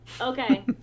okay